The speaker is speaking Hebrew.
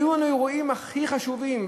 היו לנו אירועים הכי חשובים,